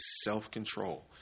self-control